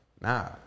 nah